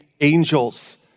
angels